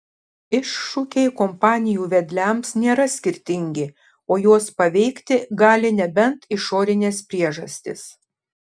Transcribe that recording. iššūkiai kompanijų vedliams nėra skirtingi o juos paveikti gali nebent išorinės priežastys